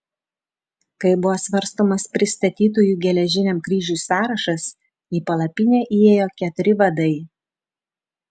kai buvo svarstomas pristatytųjų geležiniam kryžiui sąrašas į palapinę įėjo keturi vadai